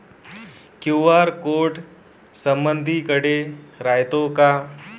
QR code समदीकडे रायतो का?